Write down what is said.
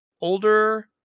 older